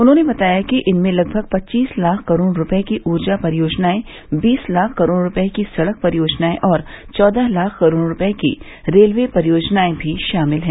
उन्होंने बताया कि इनमें लगभग पच्चीस लाख करोड़ रुपये की रूर्जा परियोजनाएं बीस लाख करोड़ रुपये की सड़क परियोजनाएं और चौदह लाख करोड़ रुपये की रेलवे परियोजनाएं भी शामिल हैं